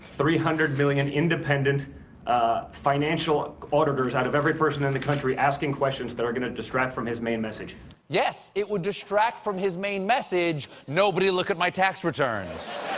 three hundred million independent financial auditors out of every person in the country, asking questions that are going to distract from his main message. stephen yes, it would distract from his main message nobody look at my tax returns!